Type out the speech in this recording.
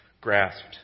grasped